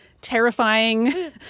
Terrifying